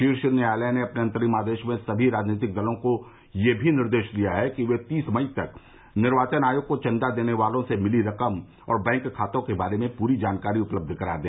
शीर्ष न्यायालय ने अपने अंतरिम आदेश में समी राजनीतिक दलों को यह भी निर्देश दिया है कि वे तीस मई तक निर्वाचन आयोग को चंदा देने वालों से मिली रकम और बैंक खातों के बारे में पूरी जानकारी उपलब्ध करा दे